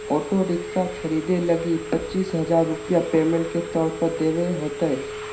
auto rickshaw खरीदे लगी पचीस हजार रूपया पेमेंट के तौर पर देवे होतय